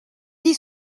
dit